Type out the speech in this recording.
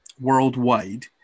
worldwide